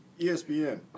ESPN